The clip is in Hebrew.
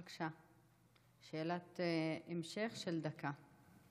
בבקשה, שאלת המשך של דקה.